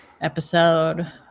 episode